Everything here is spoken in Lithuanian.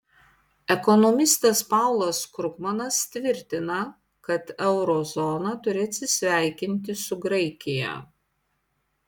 ekonomistas paulas krugmanas tvirtina kad euro zona turi atsisveikinti su graikija